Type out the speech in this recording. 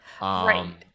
Right